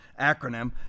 acronym